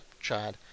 Chad